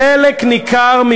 חלק ניכר,